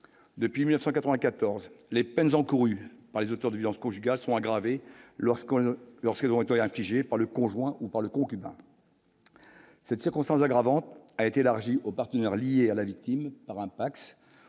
depuis 1994 les peines encourues par les eaux turbulences conjugales sont aggravées lorsqu'on a lorsqu'elles ont été infligées par le conjoint ou par le concubin cette circonstance aggravante est élargie aux partenaires liés à la victime par un Pacs,